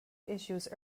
issues